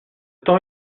temps